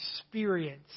experience